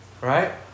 Right